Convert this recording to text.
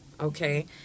Okay